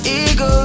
ego